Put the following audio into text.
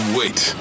wait